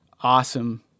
awesome